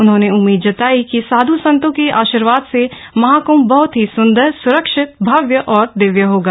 उन्होंने उम्मीद जताई कि साध् सन्तों के आशीर्वाद से महाकृंभ बहत ही सुन्दर सुरक्षित भव्य और दिव्य होगा